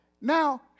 now